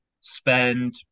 spend